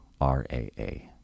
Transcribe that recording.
R-A-A